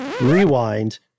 Rewind